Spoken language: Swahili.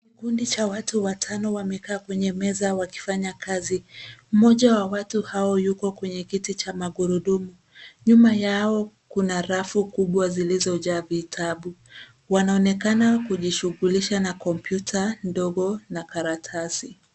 Kikundi cha watu watano wamekaa kwenye meza wakifanya kazi. Mmoja wa watu hao yuko kwenye kiti cha magurudumu. Nyuma yao kuna rafu kubwa zilizojaa vitabu. Wanaonekana kujishughulisha na kompyuta ndogo na karatasi.